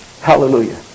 Hallelujah